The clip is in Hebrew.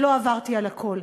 ואני עוד לא עברתי על הכול.